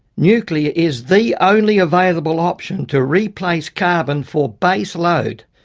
nuclear is the only available option to replace carbon for base load.